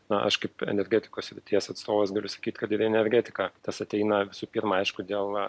na aš kaip energetikos srities atstovas galiu sakyt kad ir į energetiką tas ateina visų pirma aišku dėl